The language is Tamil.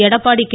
எடப்பாடி கே